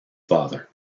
father